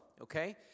okay